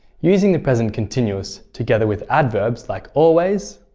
using the present continuous together with adverbs like always,